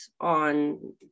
on